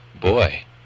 Boy